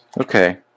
Okay